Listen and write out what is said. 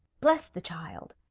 bless the child!